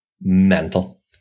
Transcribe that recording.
mental